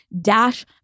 Dash